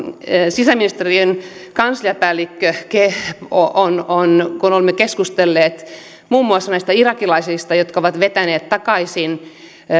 sisäministeriön kansliapäällikkö on on todennut kun olemme keskustelleet muun muassa näistä irakilaisista jotka ovat vetäneet takaisin